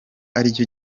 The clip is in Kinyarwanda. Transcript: aricyo